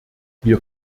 wir